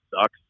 sucks